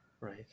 Right